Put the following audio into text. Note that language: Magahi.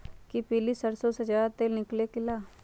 कि पीली सरसों से ज्यादा तेल निकले ला?